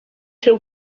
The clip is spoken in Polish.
się